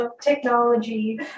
Technology